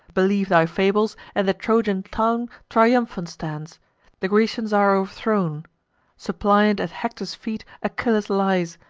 believe thy fables, and the trojan town triumphant stands the grecians are o'erthrown suppliant at hector's feet achilles lies,